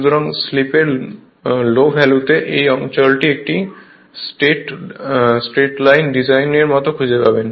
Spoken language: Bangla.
সুতরাং স্লিপের লো ভ্যালুতে এই অঞ্চলটি একটি স্ট্রেট লাইন ডিজাইনের মতো খুঁজে পাবেন